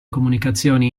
comunicazioni